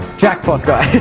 jackpot guy!